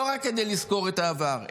לא רק כדי לזכור את העבר,